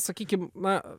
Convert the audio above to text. sakykim na